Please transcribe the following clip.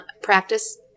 practice